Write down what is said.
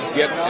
get